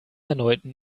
erneuten